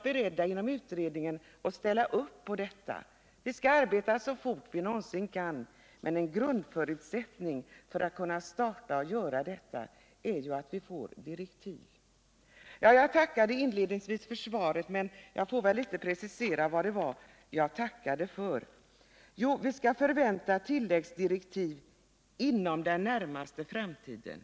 Vi är inom utredningen naturligtvis beredda att ställa upp på detta, och vi skall arbeta så fort vi någonsin kan, men en grundförutsättning för att kunna starta och göra detta är ju att vi får direktiv. Jag tackade inledningsvis för svaret, men jag får väl också litet närmare precisera vad det var jag tackade för. Det var att vi skall kunna förvänta tilläggsdirektiv inom den närmaste framtiden.